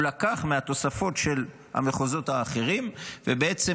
הוא לקח מהתוספות של המחוזות האחרים ובעצם